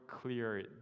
clear